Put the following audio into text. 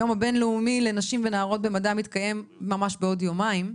היום הבינלאומי לנשים ונערות במדע מתקיים ממש בעוד יומיים.